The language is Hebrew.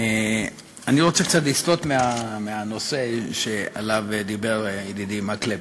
אני רוצה קצת לסטות מהנושא שעליו דיבר ידידי מקלב,